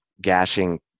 gashing